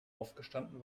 aufgestanden